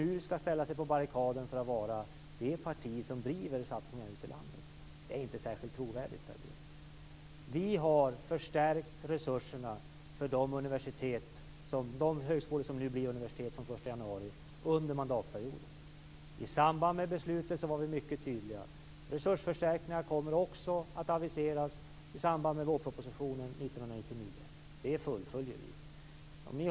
Nu skall ni ställa er på barrikaden och hävda att ni är det parti som driver satsningar ute i landet. Det är inte särskilt trovärdigt, Per Bill. Vi har under mandatperioden förstärkt resurserna för de högskolor som nu blir universitet den 1 januari. Vi var mycket tydliga i samband med beslutet. Resursförstärkningar kommer också att aviseras i samband med vårpropositionen 1999. Det fullföljer vi.